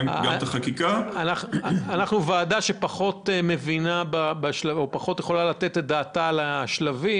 אנחנו ועדה שפחות יכולה לתת את דעתה לגבי השלבים,